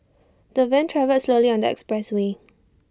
the van travelled slowly on the expressway